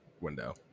window